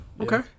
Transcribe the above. Okay